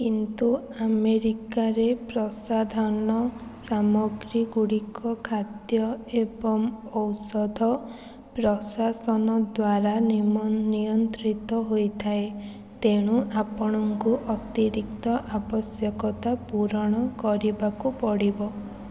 କିନ୍ତୁ ଆମେରିକାରେ ପ୍ରସାଧାନ ସାମଗ୍ରୀ ଗୁଡ଼ିକ ଖାଦ୍ୟ ଏବଂ ଔଷଧ ପ୍ରଶାସନ ଦ୍ୱାରା ନିୟନ୍ତ୍ରିତ ହୋଇଥାଏ ତେଣୁ ଆପଣଙ୍କୁ ଅତିରିକ୍ତ ଆବଶ୍ୟକତା ପୂରଣ କରିବାକୁ ପଡ଼ିବ